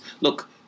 look